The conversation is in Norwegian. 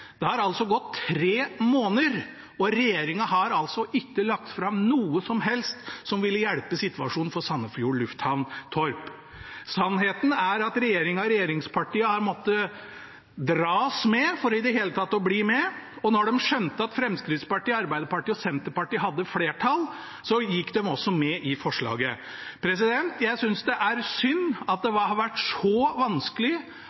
Det har altså gått tre måneder, og regjeringen har ikke lagt fram noe som helst som ville hjelpe på situasjonen for Sandefjord lufthavn Torp. Sannheten er at regjeringen og regjeringspartiene har måttet dras med for i det hele tatt å bli med. Da de skjønte at Fremskrittspartiet, Arbeiderpartiet og Senterpartiet hadde flertall, gikk de med i forslaget. Jeg synes det er synd at det har vært så vanskelig